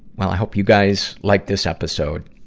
well, i hope you guys liked this episode.